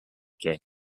kick